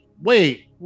wait